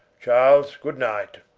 charles good night.